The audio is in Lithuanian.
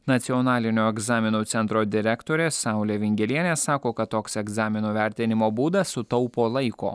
nacionalinio egzaminų centro direktorė saulė vingelienė sako kad toks egzaminų vertinimo būdas sutaupo laiko